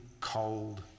cold